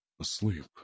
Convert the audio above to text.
asleep